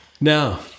Now